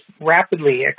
rapidly